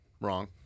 wrong